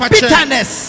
Bitterness